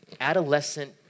adolescent